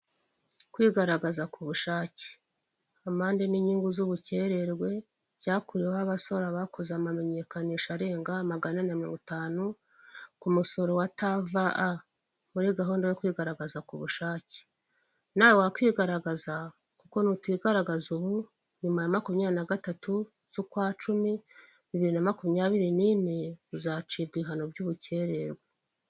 Kwigaragaza ku bushake: amande n'inyungu z'ubukererwe byakuriweho abasora bakoze amamenyekanisha arenga magana inani na mirongo itanu ku musoro wa TVA muri gahunda yo kwigaragaza ku bushake. Nawe wakwigaragaza kuko nutigaragaza ubu nyuma ya makumyabiri na gatatu z'ukwa cumi bibiri na makumyabiri n'ine, uzacibwa ibihano by'ubukererwe.